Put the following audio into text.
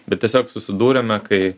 bet tiesiog susidūrėme kai